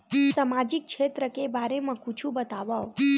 सामाजिक क्षेत्र के बारे मा कुछु बतावव?